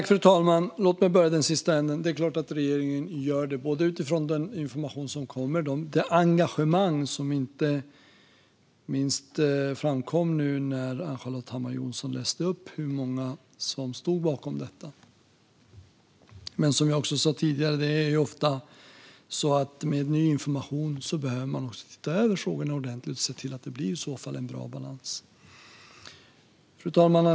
Fru talman! Låt mig börja i den sista änden. Det är klart att regeringen gör det, både utifrån den information som kommer och inte minst utifrån det engagemang som framkom nu när Ann-Charlotte Hammar Johnsson läste upp hur många som står bakom detta. Men som jag sa tidigare är det ofta så att man med ny information måste titta över frågorna ordentligt och se till att det blir en bra balans. Fru talman!